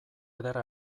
ederra